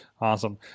awesome